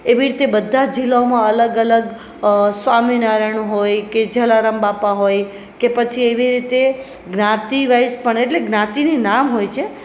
એવી રીતે બધા જિલ્લાઓમાં અલગ અલગ સ્વામિનારાયણ હોય કે જલારામ બાપા હોય કે પછી તેવી રીતે જ્ઞાતિ વાઇસ પણ એટલે જ્ઞાતિ નહીં નામ હોય છે